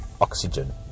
oxygen